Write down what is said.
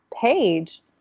page